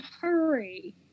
hurry